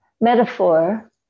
metaphor